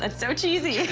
and so cheesy.